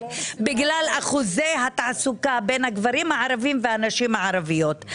בגלל אחוזי התעסוקה בין הגברים הערבים והנשים הערביות.